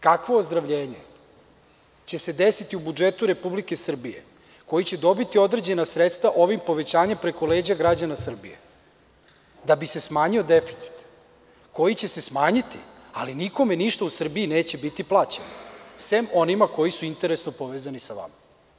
Kakvo ozdravljenje će se desiti u budžetu Republike Srbije, koji će dobiti određena sredstva ovim povećanjem preko leđa građana Srbije, da bi se smanjio deficit, i koji će se smanjiti, ali nikome ništa u Srbiji neće biti plaćeno, sem onima koji su interesno povezani sa vama.